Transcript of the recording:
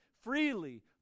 freely